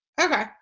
Okay